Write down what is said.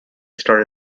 started